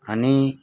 आणि